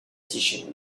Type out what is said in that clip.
teaching